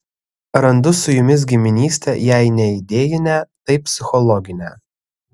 randu su jumis giminystę jei ne idėjinę tai psichologinę